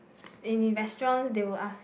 in restaurants they would ask